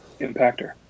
Impactor